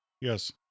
Yes